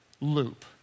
loop